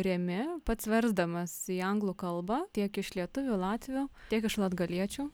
remi pats versdamas į anglų kalbą tiek iš lietuvių latvių tiek iš latgaliečių